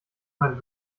mein